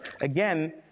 again